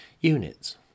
Units